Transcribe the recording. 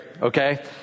Okay